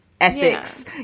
ethics